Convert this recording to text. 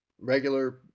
regular